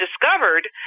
discovered